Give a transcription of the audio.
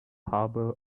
harbor